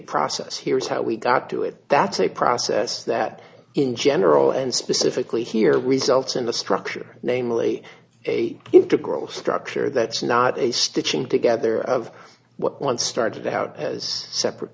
process here is how we got to it that's a process that in general and specifically here we sell to in the structure namely a into gross structure that's not a stitching together of what once started out as separate